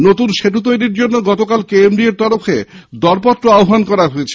নতুন সেতু তৈরীর জন্য গতকাল কেএমডিএ র তরফে দরপত্র আহ্বান করা হয়েছে